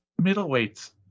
middleweights